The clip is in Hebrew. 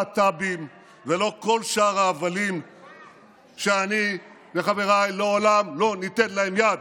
לא פגיעה בלהט"בים ולא כל שאר ההבלים שאני וחבריי לעולם לא ניתן להם יד.